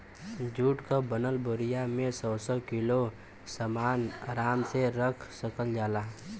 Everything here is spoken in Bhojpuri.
जुट क बनल बोरिया में सौ सौ किलो सामन आराम से रख सकल जाला